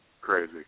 crazy